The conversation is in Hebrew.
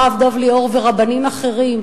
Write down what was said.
הרב דב ליאור ורבנים אחרים,